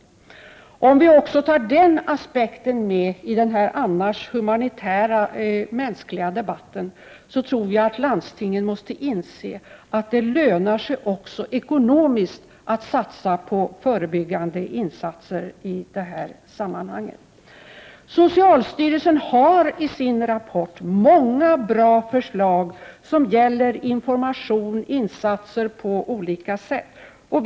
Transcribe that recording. Låt oss ta med också den aspekten i den här debatten, som i övrigt förs från humanitära och mänskliga utgångspunkter! Jag tror att landstingen måste inse att det också ekonomiskt lönar sig att göra förebyggande insatser i det här sammanhanget. Socialstyrelsen har i sin rapport många bra förslag som gäller information och olika slags insatser.